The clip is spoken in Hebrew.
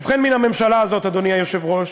ובכן, מן הממשלה הזאת, אדוני היושב-ראש,